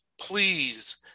please